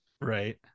Right